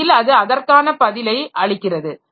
உண்மையில் அது அதற்கான பதிலை அளிக்கிறது